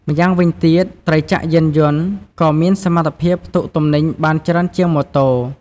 ម្យ៉ាងវិញទៀត ត្រីចក្រយានយន្តក៏មានសមត្ថភាពផ្ទុកទំនិញបានច្រើនជាងម៉ូតូ។